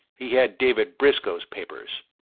he had david briscoe's papers.